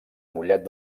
mollet